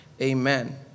Amen